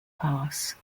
pass